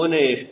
ಕೋನ ಎಷ್ಟು